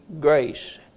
grace